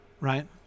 right